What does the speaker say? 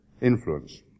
influence